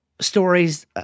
stories